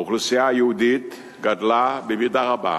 האוכלוסייה היהודית גדלה במידה רבה